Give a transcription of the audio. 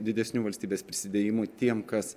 didesniu valstybės prisidėjimu tiems kas